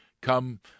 come